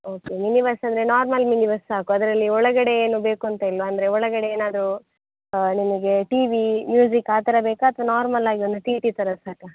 okay mini bus ಅಂದರೆ normal mini bus ಸಾಕು ಅದರಲ್ಲಿ ಒಳಗಡೆ ಏನು ಬೇಕು ಅಂತ ಇಲ್ವಾ ಅಂದರೆ ಒಳಗಡೆ ಏನಾದ್ರು ನಿಮಗೆ ಟಿ ವಿ ಮ್ಯೂಸಿಕ್ ಆ ಥರ ಬೇಕಾ ಅಥವಾ ನಾರ್ಮಲಾಗಿ ಒಂದು ಟಿ ಟಿ ಥರದ್ದು ಸಾಕಾ